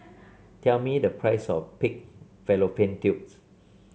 tell me the price of Pig Fallopian Tubes